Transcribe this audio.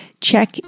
check